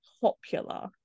popular